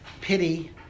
pity